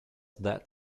that